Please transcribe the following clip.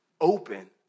open